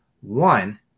One